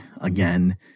again